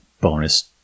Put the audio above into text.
bonus